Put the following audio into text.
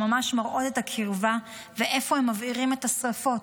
שממש מראות את הקרבה ואיפה הם מבעירים את השריפות.